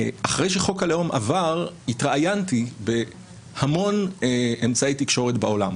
שאחרי שחוק הלאום עבר התראיינתי בהמון אמצעי תקשורת בעולם,